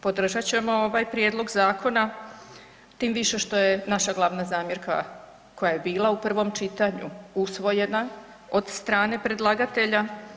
Podržat ćemo ovaj prijedlog zakona tim više što je naša glavna zamjerka koja je bila u prvom čitanju usvojena od strane predlagatelja.